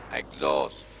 exhaust